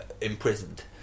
Imprisoned